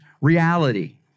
reality